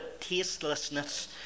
tastelessness